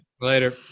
later